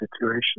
situation